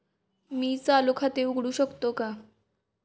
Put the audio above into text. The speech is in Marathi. मी चालू खाते उघडू शकतो का?